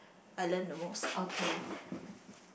I learn the most